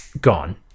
gone